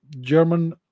German